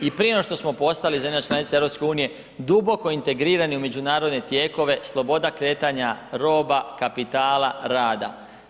I prije nego što smo postali zemlja članica EU duboko integrirani u međunarodne tijekove, sloboda kretanja roba, kapitala, rada.